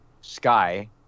Sky